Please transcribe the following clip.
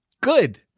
Good